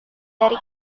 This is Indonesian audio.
dari